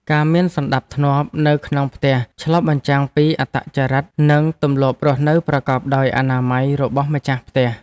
ការមានសណ្តាប់ធ្នាប់នៅក្នុងផ្ទះឆ្លុះបញ្ចាំងពីអត្តចរិតនិងទម្លាប់រស់នៅប្រកបដោយអនាម័យរបស់ម្ចាស់ផ្ទះ។